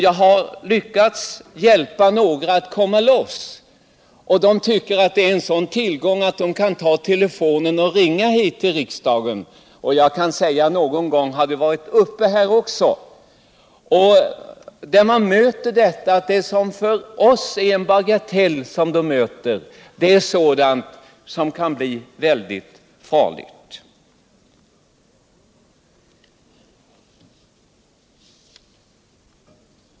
Jag har lyckats hjälpa några att komma loss, och de tycker att det är en sådan tillgång att kunna ta telefonen och ringa hit till riksdagen. Och någon gång har de varit uppe här också. Här möts man av att det som för oss är en bagatell är sådant som kan bli väldigt farligt.